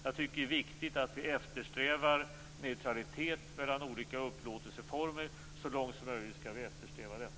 Jag tycker att det är viktigt att vi eftersträvar neutralitet mellan olika upplåtelseformer. Vi skall så långt som möjligt eftersträva detta.